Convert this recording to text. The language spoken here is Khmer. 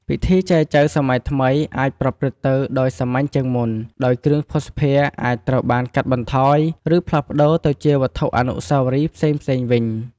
ពិធីចែចូវសម័យថ្មីអាចប្រព្រឹត្តទៅដោយសាមញ្ញជាងមុន ដោយ គ្រឿងភស្តុភារអាចត្រូវបានកាត់បន្ថយ ឬផ្លាស់ប្ដូរទៅជាវត្ថុអនុស្សាវរីយ៍ផ្សេងៗវិញ។